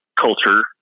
culture